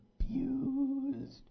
abused